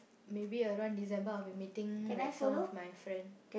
maybe around December I'll be meeting some of my friend